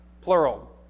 plural